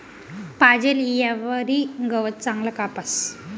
पाजेल ईयावरी गवत चांगलं कापास